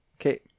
Okay